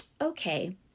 okay